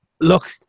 look